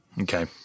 Okay